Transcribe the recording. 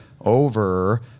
over